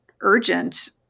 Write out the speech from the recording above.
urgent